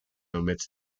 omits